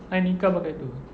I nikah pakai itu apa